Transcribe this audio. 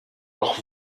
doch